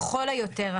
לכל היותר,